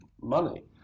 money